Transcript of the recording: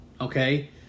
Okay